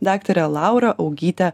daktare laura augyte